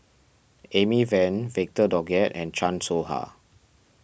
Amy Van Victor Doggett and Chan Soh Ha